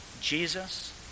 Jesus